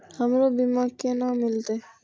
हमरो बीमा केना मिलते?